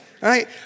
right